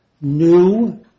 new